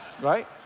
Right